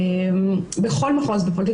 כי בעצם גבר שעושה דבר כזה הוא מחבל, לא משהו אחר.